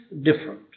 different